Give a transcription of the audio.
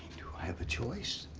do i have a choice?